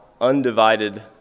undivided